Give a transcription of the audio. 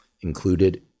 included